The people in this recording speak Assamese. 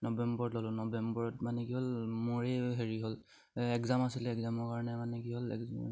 নৱেম্বৰত ল'লোঁ নৱেম্বৰত মানে কি হ'ল মোৰ হেৰি হ'ল এগজাম আছিলে এগজামৰ কাৰণে মানে কি হ'ল